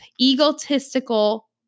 egotistical